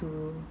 to